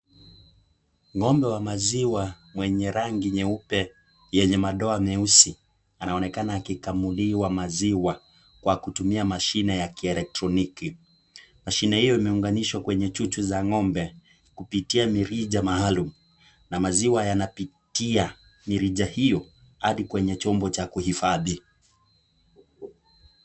Ng'ombe wa maziwa, mwenye rangi nyeupe, yenye madoa meusi. Anaonekana, akikamuliwa maziwa, kwa kutumia mashine ya kielektroniki. Mashine hiyo, imeunganishwa kwenye chuchu za ng'ombe ,kupitia miricha maalum ,na maziwa yanapitipia miricha hiyo hadi kwenye chombo cha kuhifadhi.